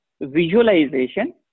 visualization